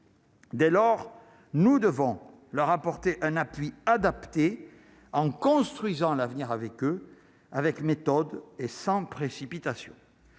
Dès lors, nous devons leur apporter un appui adaptée en construisant l'avenir avec eux, avec méthode et sans précipitation,